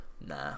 Nah